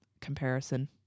comparison